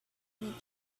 need